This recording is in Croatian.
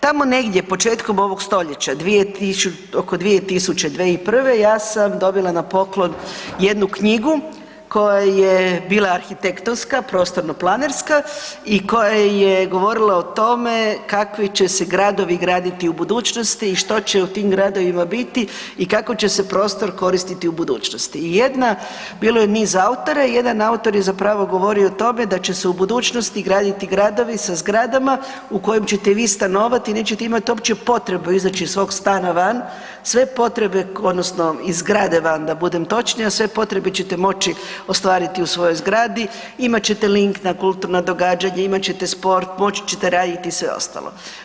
Tamo negdje početkom ovog stoljeća, oko 2000., 2001., ja sam dobila na poklon jednu knjigu koja je bila arhitektonska, prostorno-planerska i koja je govorila o tome kakvi će se gradovi graditi u budućnosti i što će u tim gradovima biti i kako će se prostor koristiti u budućnosti i jedna, bilo je niz autora i jedan autor je zapravo govorio o tome da će se u budućnosti graditi gradovi sa zgradama u kojem ćete vi stanovati i nećete imati uopće potrebu izaći iz svog stana van, sve potrebe, odnosno iz zgrade van, da budem točnija, sve potrebe ćete moći ostvariti u svojoj zgradi, imat ćete link na kulturna događanja, imat ćete sport, moći ćete raditi i sve ostalo.